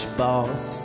boss